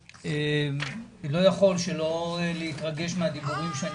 אני לא יכול שלא להתרגש מהדיווחים שאני